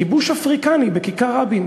כיבוש אפריקני בכיכר-רבין,